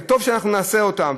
וטוב שאנחנו נעשה אותם,